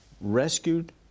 rescued